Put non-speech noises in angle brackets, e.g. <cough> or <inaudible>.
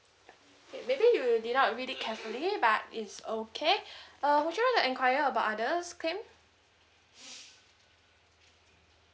K maybe you did not read it carefully but it's okay <breath> uh would you like to enquire about others claim <noise>